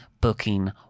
Booking